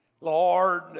Lord